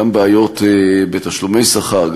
גם בעיות בתשלומי שכר,